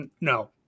No